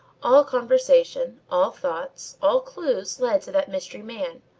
all conversation all thought, all clues led to that mystery man.